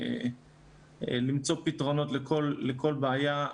למצוא פתרונות לכל בעיה.